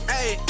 Hey